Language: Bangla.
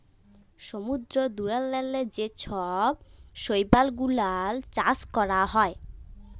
সমুদ্দূরেল্লে যে ছব শৈবাল গুলাল চাষ ক্যরা হ্যয়